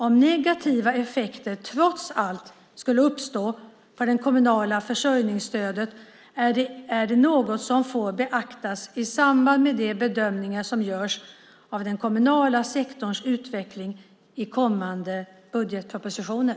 Om negativa effekter trots allt skulle uppstå på det kommunala försörjningsstödet är det något som får beaktas i samband med de bedömningar som görs av den kommunala sektorns utveckling i kommande budgetpropositioner.